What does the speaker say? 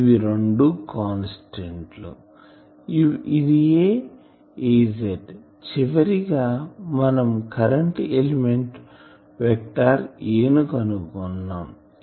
ఇవి రెండు కాన్స్టాంట్ లు ఇదియే Az చివరిగా మనం కరెంటు ఎలిమెంట్ వెక్టార్ A ను కనుగొన్నాం